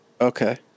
Okay